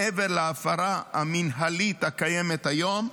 מעבר להפרה המינהלית הקיימת היום,